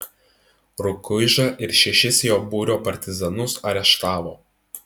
rukuižą ir šešis jo būrio partizanus areštavo